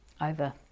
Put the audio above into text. over